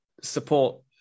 support